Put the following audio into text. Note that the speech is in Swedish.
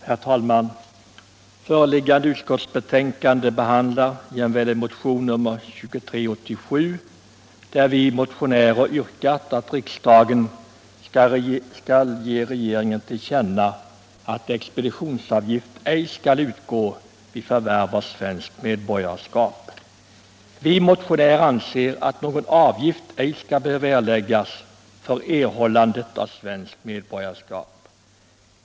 Herr talman! I föreliggande utskottsbetänkande behandlas jämväl motionen 2387, där vi motionärer yrkat att riksdagen skall ge regeringen till känna att expeditionsavgift ej skall utgå vid förvärv av svenskt medborgarskap. Vi motionärer anser att någon avgift ej skall behöva erläggas för erhållande av svenskt medborgarskap.